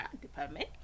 department